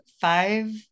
five